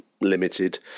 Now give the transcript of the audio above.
limited